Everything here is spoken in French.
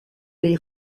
les